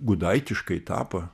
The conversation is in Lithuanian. gudaitiškai tapo